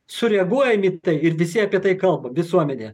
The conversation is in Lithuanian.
sureaguojam į tai ir visi apie tai kalba visuomenė